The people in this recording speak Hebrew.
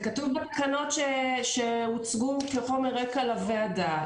זה כתוב בתקנות שהוצגו כחומר רקע לוועדה.